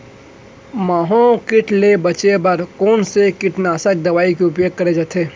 माहो किट ले बचे बर कोन से कीटनाशक दवई के उपयोग करे जाथे?